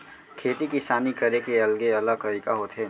खेती किसानी करे के अलगे अलग तरीका होथे